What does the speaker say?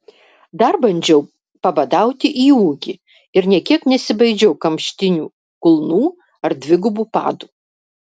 dar bandžiau pabadauti į ūgį ir nė kiek nesibaidžiau kamštinių kulnų ar dvigubų padų